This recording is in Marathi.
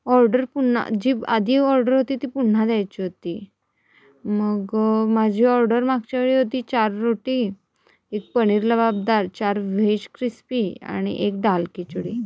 ऑर्डर पुन्हा जी ब आधी ऑर्डर होती ती पुन्हा द्यायची होती मग माझी ऑर्डर मागच्या वेळी होती चार रोटी एक पनीर लवाबदार चार व्हेज क्रिस्पी आणि एक दाल खिचडी